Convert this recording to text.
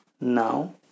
Now